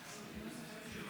להעביר את הנושא